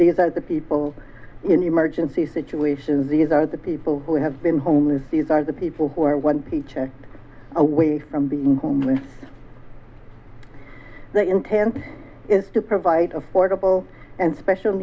these are the people in emergency situations these are the people who have been homeless these are the people who are one peach or away from being homeless the intent is to provide affordable and special